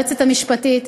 היועצת המשפטית,